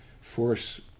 force